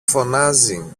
φωνάζει